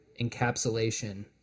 encapsulation